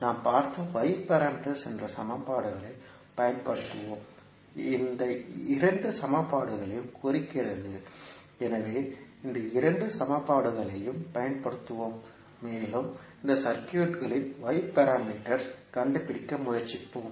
நாம் பார்த்த y parameters என்ற சமன்பாடுகளைப் பயன்படுத்துவோம் இந்த இரண்டு சமன்பாடுகளையும் குறிக்கிறது எனவே இந்த இரண்டு சமன்பாடுகளையும் பயன்படுத்துவோம் மேலும் இந்த சர்க்யூட்களின் y பாராமீட்டர்ஸ் ஐ கண்டுபிடிக்க முயற்சிப்போம்